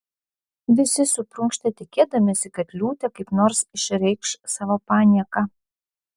visi suprunkštė tikėdamiesi kad liūtė kaip nors išreikš savo panieką